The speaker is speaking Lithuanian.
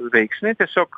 veiksnį tiesiog